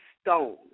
stone